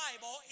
Bible